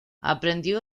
aprendió